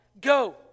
Go